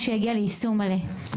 בשביל להגיע ליישום מלא.